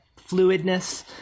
fluidness